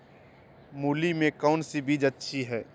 मूली में कौन सी बीज अच्छी है?